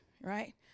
right